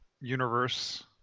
universe